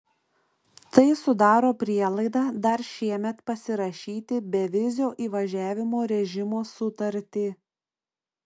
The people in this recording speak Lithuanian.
tai sudaro prielaidą dar šiemet pasirašyti bevizio įvažiavimo režimo sutartį